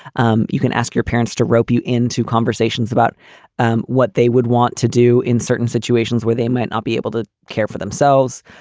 um you can ask your parents to rope you into conversations about what they would want to do in certain situations where they might not be able to care for themselves.